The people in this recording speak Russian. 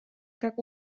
как